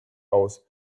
aus